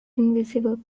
invisible